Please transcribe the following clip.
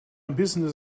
business